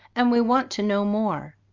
and we want to know more.